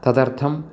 तदर्थं